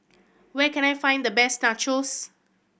where can I find the best Nachos